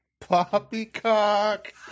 Poppycock